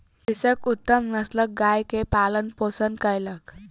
कृषक उत्तम नस्लक गाय के पालन पोषण कयलक